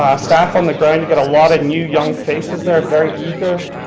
ah staff on the ground, you've got a lot of new, young faces there very eager,